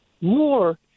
more